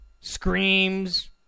screams